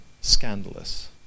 scandalous